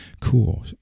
Cool